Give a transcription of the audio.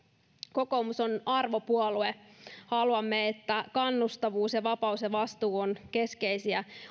kokoomus on arvopuolue haluamme että kannustavuus vapaus ja vastuu ovat keskeisiä